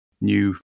new